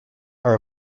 are